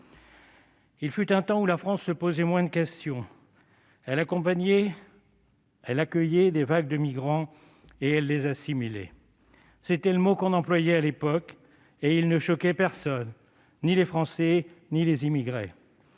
Il fut un temps où la France se posait moins de questions. Elle accompagnait, elle accueillait des vagues de migrants et elle les assimilait. C'était le mot que l'on employait à l'époque et il ne choquait personne, ni les Français ni les immigrés.